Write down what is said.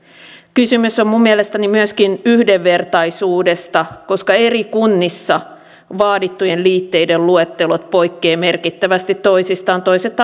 kysymys on minun mielestäni myöskin yhdenvertaisuudesta koska eri kunnissa vaadittujen liitteiden luettelot poikkeavat merkittävästi toisistaan toiset